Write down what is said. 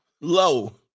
Low